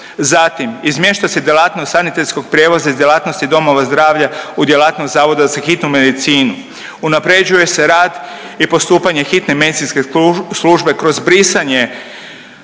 Zatim, izmješta se djelatnost sanitetskog prijevoza iz djelatnosti domova zdravlja u djelatnost za hitnu medicinu. Unapređuje se rad i postupanje hitne medicinske službe kroz brisanje